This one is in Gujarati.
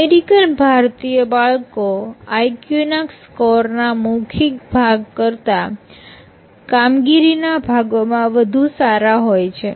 અમેરિકન ભારતીય બાળકો આઈકયુ ના સ્કોરના મૌખિક ભાગ કરતા કામગીરીના ભાગોમાં વધુ સારા હોય છે